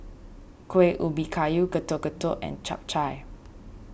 Kuih Ubi Kayu Getuk Getuk and Chap Chai